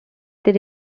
they